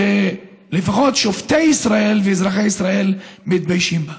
שלפחות שופטי ישראל ואזרחי ישראל מתביישים בה.